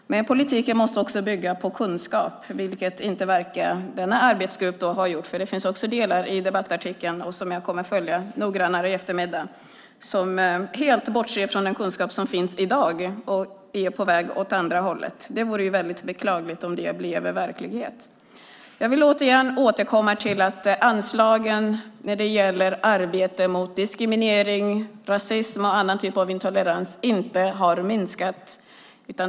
Men politiken måste också bygga på kunskap, vilket inte denna arbetsgrupp verkar ha gjort. Det finns också delar i debattartikeln - jag kommer att följa det noggrannare i eftermiddag - som helt bortser från den kunskap som finns i dag och är på väg åt andra hållet. Det vore väldigt beklagligt om det blev verklighet. Jag vill återkomma till att anslagen till arbete mot diskriminering, rasism och annan typ av intolerans inte har minskat.